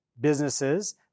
businesses